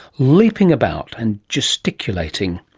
leaping about and gesticulating.